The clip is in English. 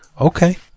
Okay